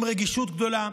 עם רגישות גדולה.